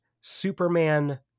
Superman